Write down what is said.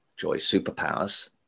JoySuperpowers